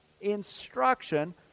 instruction